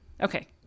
Okay